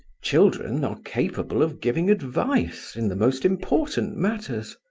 children are capable of giving advice in the most important matters.